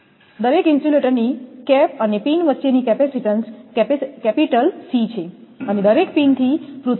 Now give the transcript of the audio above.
દરેક ઇન્સ્યુલેટરની કેપ અને પિન વચ્ચેની કેપેસિટીન્સ કેપિટલ C છે અને દરેક પિન થી પૃથ્વી પરના કેપેસિટીન્સ છે